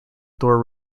door